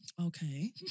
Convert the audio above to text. Okay